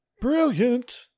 Brilliant